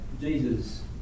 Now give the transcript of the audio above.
Jesus